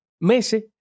meses